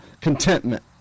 contentment